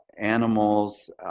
animals